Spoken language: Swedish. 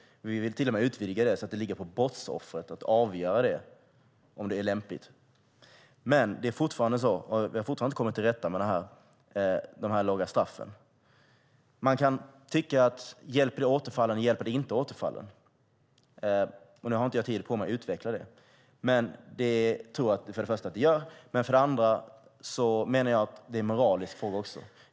Vi vill till och med utvidga det så att det ligger på brottsoffret att avgöra om det är lämpligt. Vi har fortfarande inte kommit till rätta med de låga straffen. Man kan fråga sig om en straffskärpning hjälper eller inte. Nu har jag inte tid att utveckla det, men för det första tror jag det och för det andra anser jag att det också är en moralisk fråga.